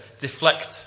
deflect